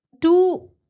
two